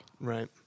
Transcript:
Right